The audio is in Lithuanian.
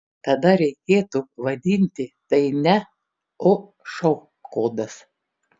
tada reikėtų vadinti tai ne o šou kodas